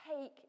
take